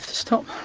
stop.